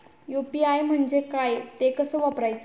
UPI म्हणजे काय, ते कसे वापरायचे?